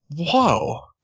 Whoa